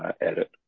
edit